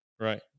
Right